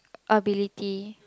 ability